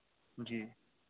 جی